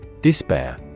Despair